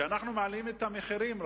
רבותי, כשאנחנו מעלים את המחירים,